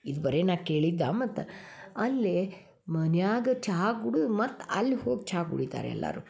ಇದು ಬರೇ ನಾ ಕೇಳಿದ್ದ ಮತ್ತು ಅಲ್ಲಿ ಮನ್ಯಾಗ ಚಾ ಕುಡ್ದು ಮತ್ತು ಅಲ್ಲಿ ಹೋಗಿ ಚಾ ಕುಡಿತಾರೆ ಎಲ್ಲಾರು